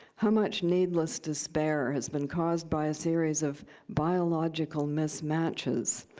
how much needless despair has been caused by a series of biological mismatches,